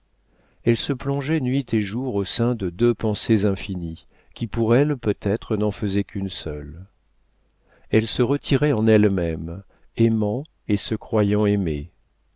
elle se plongeait nuit et jour au sein de deux pensées infinies qui pour elle peut-être n'en faisaient qu'une seule elle se retirait en elle-même aimant et se croyant aimée